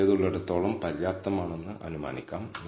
ഉയർന്ന നിർണായക മൂല്യങ്ങളുടെ സാധ്യത 5 ശതമാനം 0